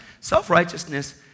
Self-righteousness